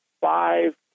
five